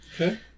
Okay